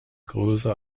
größer